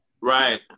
Right